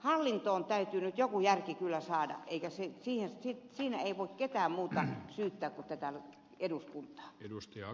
hallintoon täytyy nyt joku järki kyllä saada eikä tässä voi ketään muuta syyttää kuin tätä eduskuntaa